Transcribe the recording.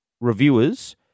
reviewers